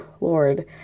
Lord